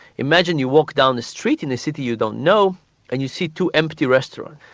imagine you walk down the street in a city you don't know and you see two empty restaurants.